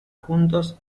juntos